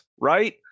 Right